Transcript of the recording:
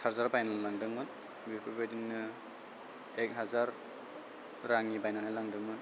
charger बायनानै लांदोंमोन बेफोरबायदिनो एक हाजार रांनि बायनानै लांदोंमोन